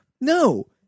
No